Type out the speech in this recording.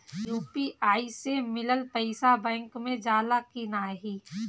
UPI से मिलल पईसा बैंक मे जाला की नाहीं?